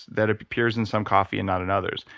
that appears in some coffee and not in others.